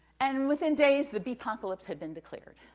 and within days, the beepocklips had been declared.